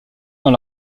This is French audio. dans